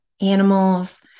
animals